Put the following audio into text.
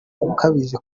ukabije